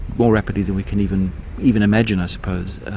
more rapidly than we can even even imagine i suppose,